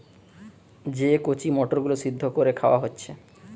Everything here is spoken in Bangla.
যে কচি মটর গুলো সিদ্ধ কোরে খাওয়া হচ্ছে